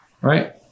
right